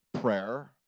prayer